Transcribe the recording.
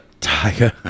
Tiger